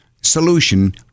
solution